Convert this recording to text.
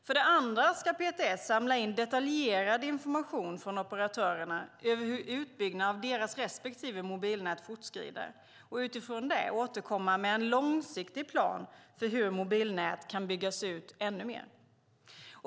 För det andra ska PTS samla in detaljerad information från operatörerna över hur utbyggnaden av deras respektive mobilnät fortskrider och utifrån det återkomma med en långsiktig plan för hur mobilnät kan byggas ut ännu mer.